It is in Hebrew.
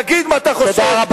תגיד מה אתה חושב,